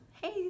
hey